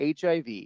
HIV